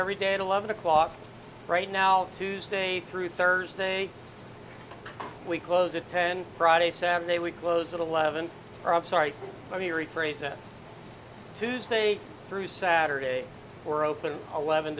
every day and eleven o'clock right now tuesday through thursday we close it ten friday saturday we close at eleven sorry let me rephrase that tuesday through saturday or open eleven